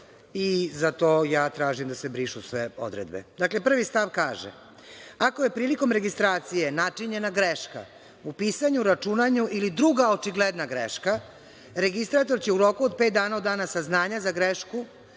i zato tražim da se brišu sve odredbe. Dakle, prvi stav kaže: „Ako je prilikom registracije načinjena greška u pisanju, računanju ili druga očigledna greška, registrator će u roku od pet dana od dana saznanja za grešku